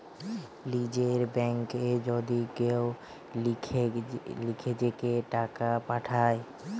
লীযের ব্যাংকে যদি কেউ লিজেঁকে টাকা পাঠায়